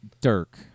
Dirk